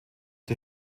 der